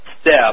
step